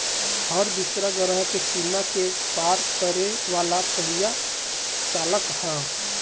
हर दूसरा ग्रह के सीमा के पार करे वाला पहिला चालक ह